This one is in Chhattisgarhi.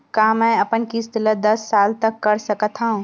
का मैं अपन किस्त ला दस साल तक कर सकत हव?